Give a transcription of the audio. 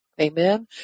Amen